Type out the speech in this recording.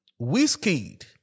Whiskeyed